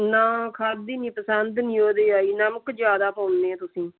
ਨਾ ਖਾਧੀ ਨਹੀਂ ਪਸੰਦ ਨਹੀਂ ਉਹਦੇ ਆਈ ਨਮਕ ਜ਼ਿਆਦਾ ਪਾਉਂਦੇ ਆ ਤੁਸੀਂ